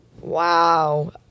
wow